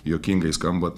juokingai skamba